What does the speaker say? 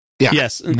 yes